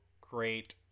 great